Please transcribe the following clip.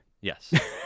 Yes